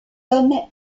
homme